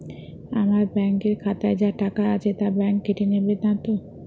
আমার ব্যাঙ্ক এর খাতায় যা টাকা আছে তা বাংক কেটে নেবে নাতো?